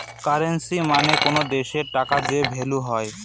currency মানে কোনো দেশের টাকার যে ভ্যালু হয়